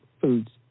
Foods